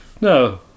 No